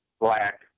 black